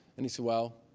and he said, well,